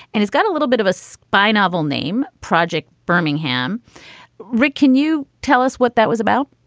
and it's got a little bit of a spy novel name project bermingham rick, can you tell us what that was about?